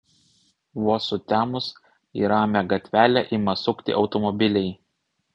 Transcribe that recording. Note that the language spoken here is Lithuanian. vos sutemus į ramią gatvelę ima sukti automobiliai